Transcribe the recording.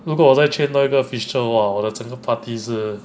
如果我再 train 多一个 fischl 的话我的整个 party 是